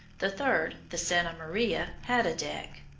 the third, the santa maria, had a deck.